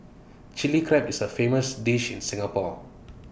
Chilli Crab is A famous dish in Singapore